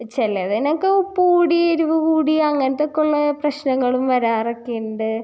ചിലതിനൊക്കെ ഉപ്പ് കൂടി എരിവ് കൂടി അങ്ങനത്തെക്കെയുള്ള പ്രശ്നങ്ങളും വരാറൊക്കെയുണ്ട്